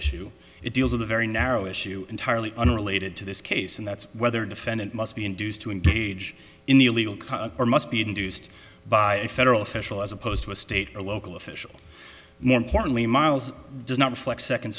issue it deals with a very narrow issue entirely unrelated to this case and that's whether defendant must be induced to engage in the illegal or must be induced by a federal official as opposed to a state or local official more importantly miles does not reflect second